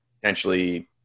potentially –